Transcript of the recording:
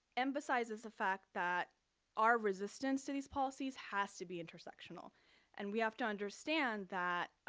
emphasizes the fact that our resistance to these policies has to be intersectional and we have to understand that,